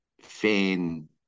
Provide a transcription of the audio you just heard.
fan